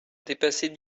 dépasser